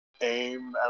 aim